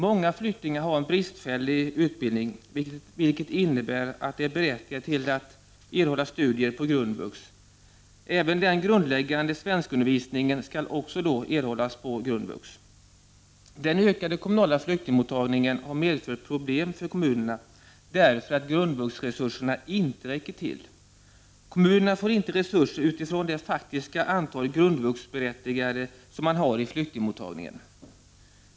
Många flyktingar har en mycket bristfällig utbildning, vilket innebär att de är berättigade till att erhålla studier på grundvux. Även den grundläggande svenskundervisningen skall erhållas på grundvux. Den ökade kommunala flyktingmottagningen har medfört problem för kommunerna därför att grundvuxresurserna inte räcker till. Kommunerna får inte resurser utifrån det faktiska antal grundvuxberättigade som man har = Prot. 1989/90:36 i flyktingmottagningen.